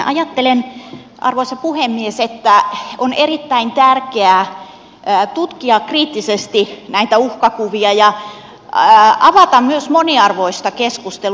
ajattelen arvoisa puhemies että on erittäin tärkeää tutkia kriittisesti näitä uhkakuvia ja avata myös moniarvoista keskustelua